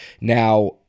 Now